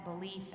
belief